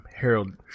Harold